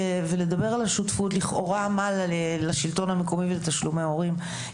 ולדבר על השותפות לכאורה מעלה לשלטון המקומי ולתשלומי הורים.